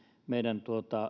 meidän